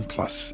Plus